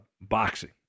boxing